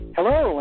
Hello